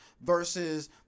versus